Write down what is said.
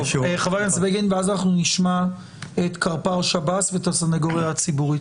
חבר הכנסת בגין ואז אנחנו נשמע את קרפ"ר שב"ס ואת הסנגוריה הציבורית.